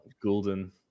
Goulden